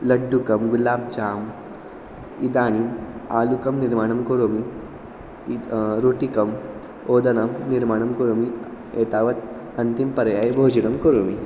लड्डुकं गुलाब् जाम् इदानीम् आलुकं निर्माणं करोमि इद् रोटिकाम् ओदनं निर्माणं करोमि एतावत् अन्तिमपर्याये भोजनं करोमि